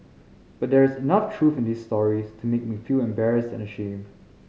but there is enough truth in these stories to make me feel embarrassed and ashamed